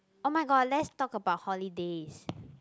oh-my-god let's talk about holidays